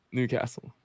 Newcastle